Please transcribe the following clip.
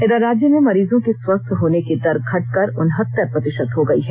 इधर राज्य में मरीजों की स्वस्थ होने की दर घटकर उनहत्तर प्रतिषत हो गई है